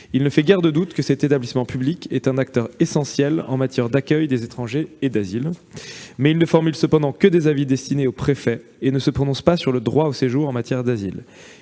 Il ne fait guère de doute que cet établissement public est un acteur essentiel en matière d'accueil des étrangers et d'asile. Cependant, il ne formule que des avis destinés au préfet et ne se prononce pas sur le droit au séjour en matière d'asile.